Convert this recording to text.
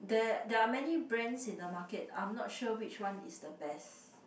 there there are many brands in the market I'm not sure which one is the best